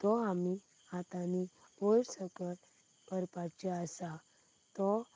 तो आमी हातांनी वयर सकल करपाचे आसा तो